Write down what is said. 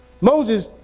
Moses